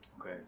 Okay